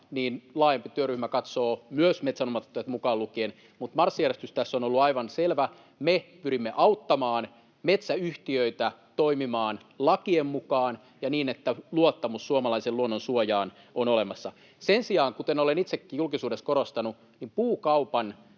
laajempi työryhmä katsoo — myös metsänomistajat mukaan lukien. Mutta marssijärjestys tässä on ollut aivan selvä: me pyrimme auttamaan metsäyhtiöitä toimimaan lakien mukaan ja niin, että luottamus suomalaisen luonnon suojaan on olemassa. Sen sijaan, kuten olen itsekin julkisuudessa korostanut, puukaupan